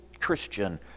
Christian